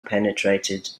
penetrated